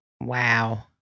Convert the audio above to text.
wow